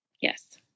Yes